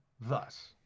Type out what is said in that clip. thus